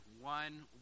one